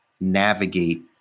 navigate